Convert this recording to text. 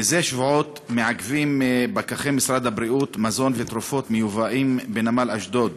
מזה שבועות מעכבים פקחי משרד הבריאות מזון ותרופות מיובאים בנמל אשדוד